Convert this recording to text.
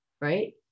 right